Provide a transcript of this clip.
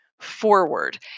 forward